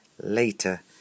later